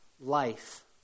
life